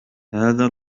هذا